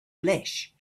flesh